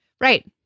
Right